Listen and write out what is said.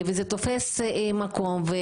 וזה תופס מקום.